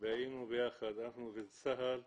והיינו ביחד, אנחנו וצה"ל,